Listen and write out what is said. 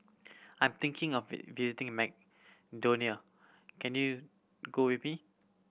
I'm thinking of visiting Macedonia can you go with me